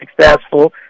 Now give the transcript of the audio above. successful